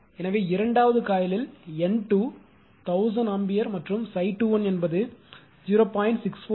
எனவே இரண்டாவது காயிலில் N2 1000 ஆம்பியர் மற்றும் ∅21 என்பது 0